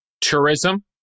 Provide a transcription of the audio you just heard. Tourism